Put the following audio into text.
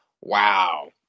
Wow